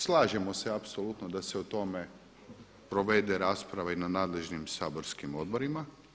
Slažemo se apsolutno da se o tome provede rasprava i na nadležnim saborskim odborima.